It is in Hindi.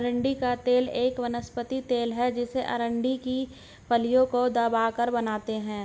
अरंडी का तेल एक वनस्पति तेल है जिसे अरंडी की फलियों को दबाकर बनाते है